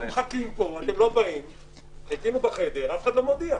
הרוויזיה לא התקבלה.